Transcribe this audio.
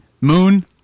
Moon